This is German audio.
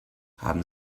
haben